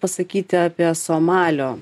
pasakyti apie somalio